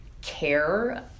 care